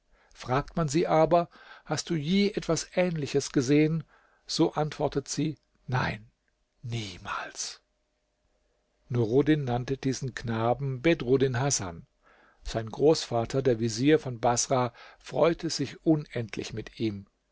fragt man sie aber hast du je etwas ähnliches gesehen so antwortet sie nein niemals nuruddin nannte diesen knaben bedruddin hasan sein großvater der vezier von baßrah freute sich unendlich mit ihm